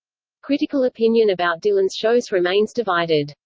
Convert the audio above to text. critical opinion about dylan's shows remains divided.